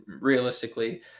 realistically